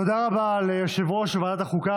תודה רבה ליושב-ראש ועדת החוקה,